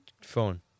phone